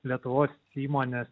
lietuvos įmonės